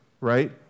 right